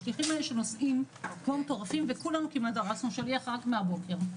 השליחים האלה שנוסעים כמו מטורפים וכולנו כמעט דרסנו שליח רק מהבוקר.